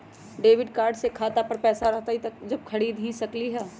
Debit card से खाता पर पैसा रहतई जब ही खरीद सकली ह?